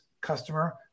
customer